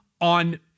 on